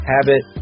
Habit